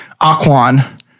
Aquan